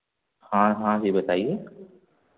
हाँ हाँ जी बताइए